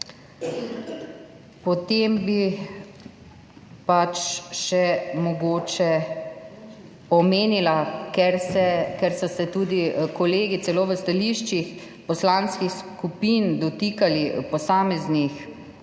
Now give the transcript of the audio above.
Potem bi še mogoče omenila, ker so se tudi kolegi celo v stališčih poslanskih skupin dotikali posameznih